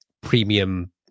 premium